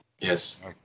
Yes